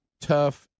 tough